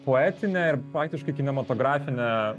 poetine ir faktiškai kinematografine